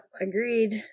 agreed